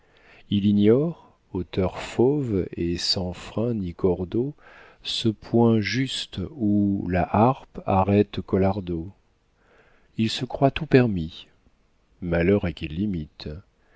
ignore auteur fauve et sans frein ni cordeau ce point juste où laharpe arrête colardeau il se croit tout permis malheur à qui l'imite